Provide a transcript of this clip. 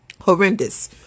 Horrendous